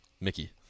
Mickey